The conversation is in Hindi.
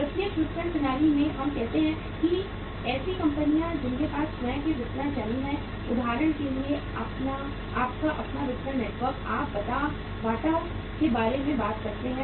प्रत्यक्ष विपणन प्रणाली में हम कहते हैं कि ऐसी कंपनियां हैं जिनके पास स्वयं के वितरण चैनल हैं उदाहरण के लिए आपका अपना वितरण नेटवर्क आप बाटा के बारे में बात करते हैं